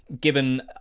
given